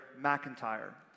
MacIntyre